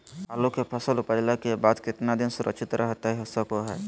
आलू के फसल उपजला के बाद कितना दिन सुरक्षित रहतई सको हय?